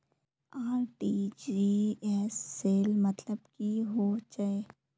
RTGS सेल मतलब की होचए?